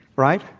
right?